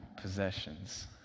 possessions